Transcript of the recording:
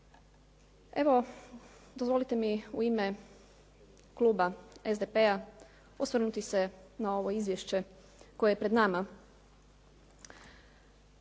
Evo, dozvolite mi u ime kluba SDP-a osvrnuti se na ovo izvješće koje je pred nama.